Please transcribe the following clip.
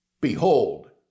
behold